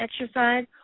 exercise